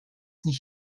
nicht